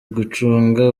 gucunga